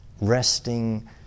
resting